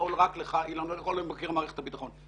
לך אילן הררי או למבקר מערכת הביטחון,